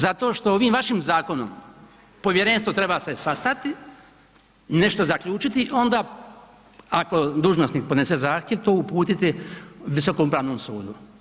Zato što ovim vašim zakonom povjerenstvo se treba sastati, nešto zaključiti, onda ako dužnosnik podnese zahtjev to uputiti Visokom upravnom sudu.